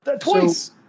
twice